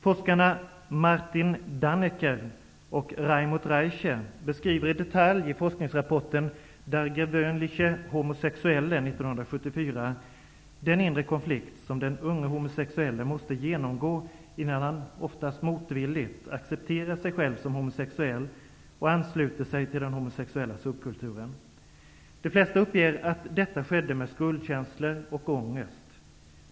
Forskarna Martin Dannecker och Reimut Reiche beskriver i detalj i forskningsrapporten ''Der gewöhnliche Homosexuelle'', 1974, den inre konflikt som den unge homosexuelle måste genomgå innan han oftast motvilligt accepterar sig själv som homosexuell och ansluter sig till den homosexuella subkulturen. De flesta uppger att detta skedde med skuldkänslor och ångest.